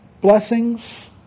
blessings